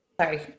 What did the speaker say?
Sorry